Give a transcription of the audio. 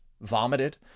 vomited